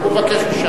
הוא מבקש משם.